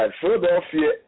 Philadelphia